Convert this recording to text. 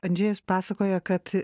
andžejus pasakojo kad